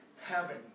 heaven